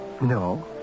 No